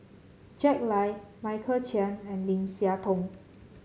Jack Lai Michael Chiang and Lim Siah Tong